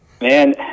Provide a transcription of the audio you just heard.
Man